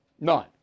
None